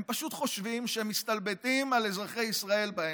הם פשוט חושבים שהם מסתלבטים על אזרחי ישראל בעיניים.